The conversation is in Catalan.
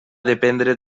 dependre